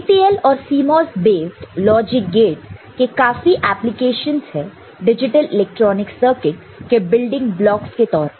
TTL और CMOS based logic gates के काफी एप्लीकेशंस है डिजिटल इलेक्ट्रॉनिक सर्किट के बिल्डिंग ब्लॉकस के तौर पर